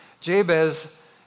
Jabez